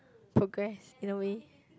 progress in a way